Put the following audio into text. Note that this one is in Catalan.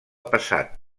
passat